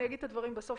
אני אגיד את הדברים בסוף.